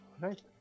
Right